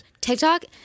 TikTok